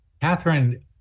Catherine